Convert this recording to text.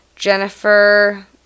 Jennifer